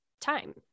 time